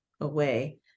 away